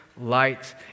light